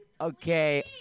okay